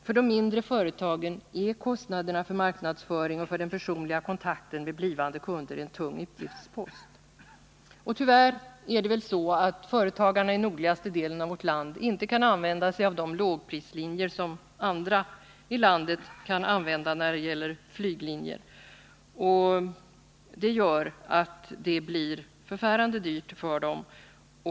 För de mindre företagen är kostnaderna för marknadsföring och för den personliga kontakten med blivande kunder en tung utgiftspost. Tyvärr är det väl så att företagarna i den nordligaste delen av vårt land inte kan använda sig av de lågprislinjer på flyget som andra i landet kan använda. Det gör att det blir förfärande dyrt för dem.